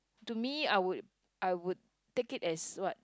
to me I would I would take it as what